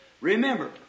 Remember